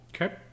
Okay